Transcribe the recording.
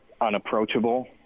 unapproachable